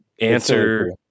answer